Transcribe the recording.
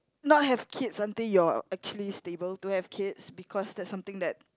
not have kids until you're actually stable to have kids because that's something that